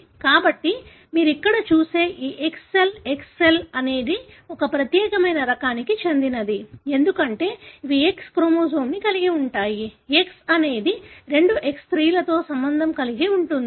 కాబట్టి మీరు ఇక్కడ చూసే ఈ X సెల్ X సెల్ అనేది ఒక ప్రత్యేకమైన రకానికి చెందినది ఎందుకంటే ఇవి X క్రోమోజోమ్ని కలిగి ఉంటాయి X అనేది రెండు X స్త్రీలతో సంబంధం కలిగి ఉంటుంది